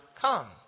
come